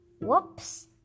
Whoops